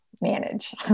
manage